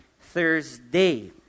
Thursday